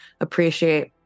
appreciate